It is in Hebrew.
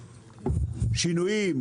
שינויים,